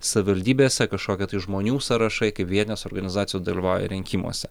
savivaldybėse kažkokie tai žmonių sąrašai kai vietinės organizacijos dalyvauja rinkimuose